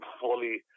fully